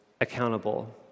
accountable